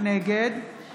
נגד